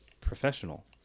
professional